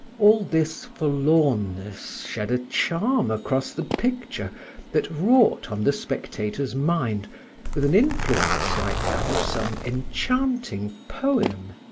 all this forlornness shed a charm across the picture that wrought on the spectator's mind with an influence like that of some enchanting poem,